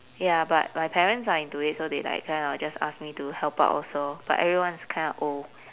ya but my parents are into it so they like kind of just ask me to help out also but everyone's kind of old